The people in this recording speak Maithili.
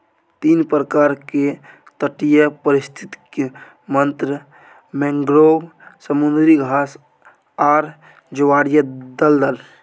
तीन प्रकार के तटीय पारिस्थितिक तंत्र मैंग्रोव, समुद्री घास आर ज्वारीय दलदल